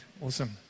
Awesome